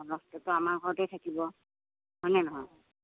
লচটোতো আমাৰ ঘৰতেই থাকিব হয় নে নহয়